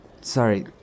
Sorry